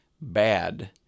bad